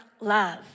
love